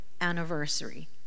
anniversary